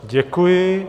Děkuji.